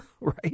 right